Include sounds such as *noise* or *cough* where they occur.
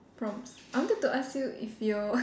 prompts I wanted to ask you if your *laughs*